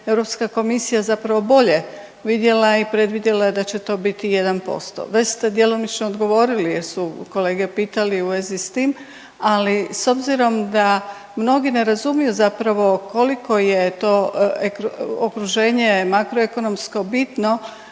Europska komisija zapravo bolje vidjela i predvidjela da će to biti 1%. Već ste djelomično odgovorili jer su kolege pitali u vezi s tim, ali s obzirom da mnogi ne razumiju zapravo koliko je to okruženje makroekonomsko bitno